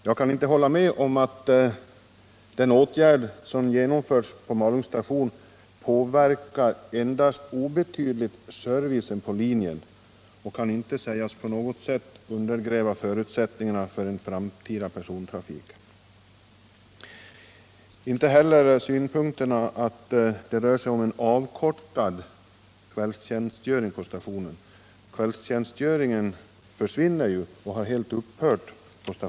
Jag kan inte hålla med om vad statsrådet säger: ”Den åtgärd som genomförts på Malungs station påverkar endast obetydligt servicen på linjen och kan inte sägas på något sätt undergräva förutsättningarna för en framtida persontrafik.” Jag kan inte heller instämma i att det rör sig om avkortad kvällstjänstgöring på stationen — kvällstjänstgöringen har ju helt upphört.